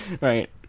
Right